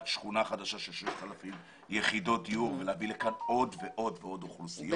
שכונה חדשה של 6,000 יחידות דיור ונביא לכאן עוד ועוד אוכלוסיות.